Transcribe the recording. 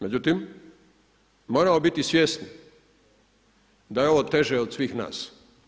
Međutim, moramo biti svjesni da je ovo teže od svih nas.